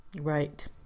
Right